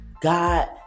God